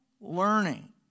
learning